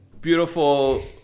beautiful